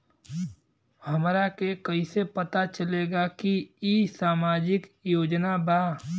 हमरा के कइसे पता चलेगा की इ सामाजिक योजना बा?